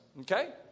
Okay